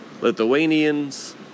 Lithuanians